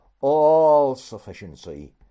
all-sufficiency